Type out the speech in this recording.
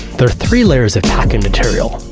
there three layers of packing material.